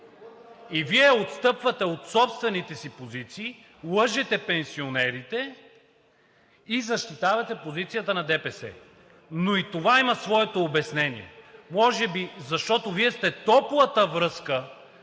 Вие отстъпвате от собствените си позиции, лъжете пенсионерите и защитавате позицията на ДПС. Но и това има своето обяснение. Може би, защото Вие сте топлата връзка,